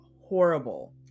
horrible